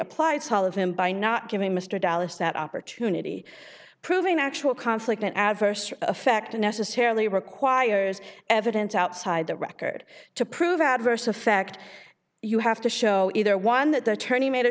applied solid him by not giving mr dallas that opportunity proving actual conflict an adverse effect unnecessarily requires evidence outside the record to prove adverse effect you have to show either one that the attorney made a